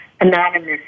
anonymous